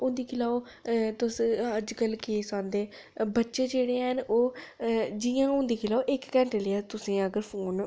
हून दिक्खी लैओ अ तुस अजकल केस औंदे बच्चे जेह्ड़े हैन ओह् जि'यां हून दिक्खी लैओ इक घैंटे लेआ तु'सें अगर फोन